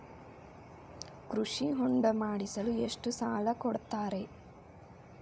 ಕೃಷಿ ಹೊಂಡ ಮಾಡಿಸಲು ಎಷ್ಟು ಸಾಲ ಕೊಡ್ತಾರೆ?